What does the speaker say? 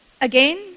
Again